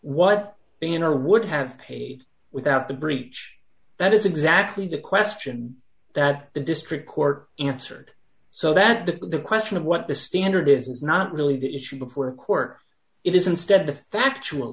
what being in a would have paid without the breach that is exactly the question that the district court in answered so that the question of what the standard is is not really the issue before a court it is instead the factual